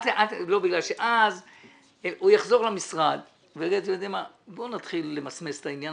אז הוא יחזור למשרד ויגיד שנתחיל למסמס את העניין